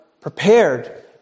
prepared